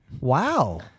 Wow